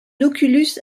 oculus